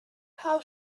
how